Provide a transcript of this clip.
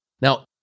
Now